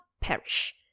perish